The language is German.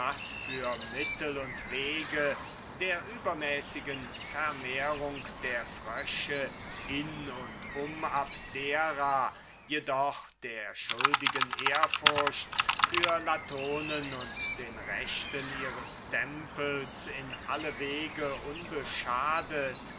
für mittel und wege der übermäßigen vermehrung der frösche in und um abdera jedoch der schuldigen ehrfurcht für latonen und den rechten ihres tempels in alle wege unbeschadet